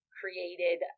created